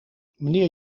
meneer